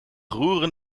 roeren